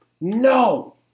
No